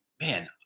man